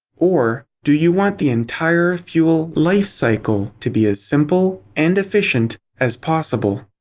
or do you want the entire fuel lifecycle to be as simple, and efficient, as possible?